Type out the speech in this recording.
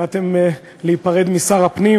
באתם להיפרד משר הפנים,